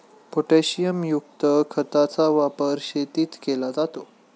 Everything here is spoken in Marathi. पोटॅशियमयुक्त खताचा वापर शेतीत केला जातो